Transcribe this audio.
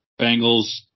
Bengals